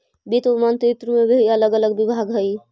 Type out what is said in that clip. वित्त मंत्रित्व में भी अलग अलग विभाग हई